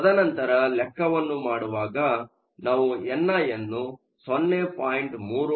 ತದನಂತರ ಲೆಕ್ಕವನ್ನು ಮಾಡುವಾಗ ನಾವು ಎನ್ಐಅನ್ನು 0